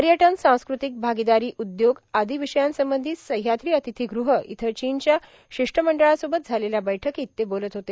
पयटन सांस्कृतिक भागीदारां उद्योग आदो विषयांसबंधी सह्याद्री र्आथतीगृह येथे चीनच्या शिष्टमंडळासोबत झालेल्या बैठर्कांत ते बोलत होते